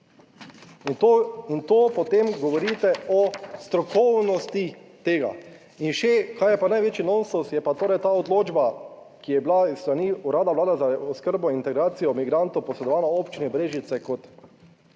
in to potem govorite o strokovnosti tega. In še, kaj je pa največji nonsens je pa torej ta odločba, ki je bila s strani Urada Vlade za oskrbo in integracijo migrantov posredovana Občini Brežice kot